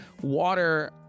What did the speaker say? water